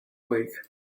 week